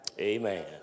Amen